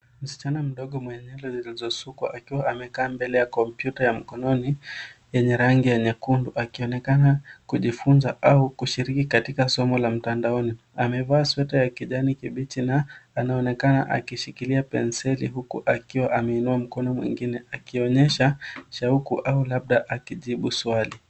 Msichana mdogo mwenye nywele zilizosukwa akiwa amekaa mbele ya kompyuta ya mkononi yenye rangi ya nyekundu akionekana kujifunza au kushiriki katika somo la mtandaoni. Amevaa sweta ya kijani kibichi na anaonekana akishikilia penseli huku akiwa ameinua mkono mwingine akionyesha shauku au labda akijibu swali.